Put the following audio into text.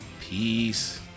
peace